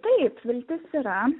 taip viltis yra